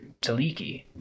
Taliki